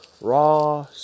Raw